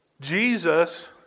Jesus